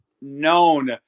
known